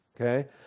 okay